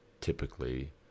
typically